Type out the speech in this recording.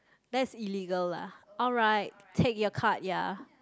that's illegal lah alright take your card ya